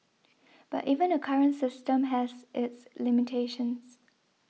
but even the current system has its limitations